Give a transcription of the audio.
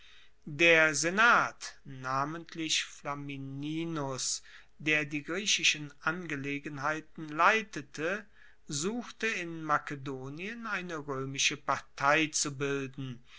der senat namentlich flamininus der die griechischen angelegenheiten leitete suchte in makedonien eine roemische partei zu bilden